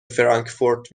فرانکفورت